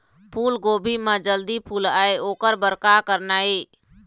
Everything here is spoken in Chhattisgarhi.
फूलगोभी म जल्दी फूल आय ओकर बर का करना ये?